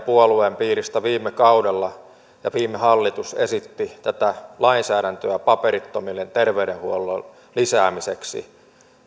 puolueenne piiristä viime kaudella ja viime hallitus esitti tätä lainsäädäntöä paperittomille terveydenhuollon lisäämiseksi